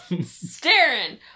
Staring